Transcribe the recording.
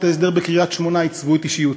ההסדר בקריית-שמונה עיצבו את אישיותו.